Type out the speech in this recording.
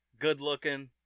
good-looking